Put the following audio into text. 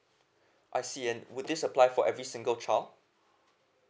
I see and would this apply for every single child